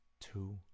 two